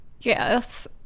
Yes